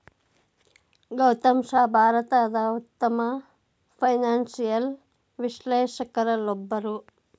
ಗೌತಮ್ ಶಾ ಭಾರತದ ಉತ್ತಮ ಫೈನಾನ್ಸಿಯಲ್ ವಿಶ್ಲೇಷಕರಲ್ಲೊಬ್ಬರು